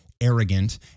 arrogant